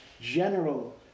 general